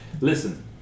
Listen